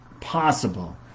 possible